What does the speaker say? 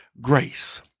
grace